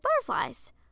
butterflies